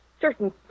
certain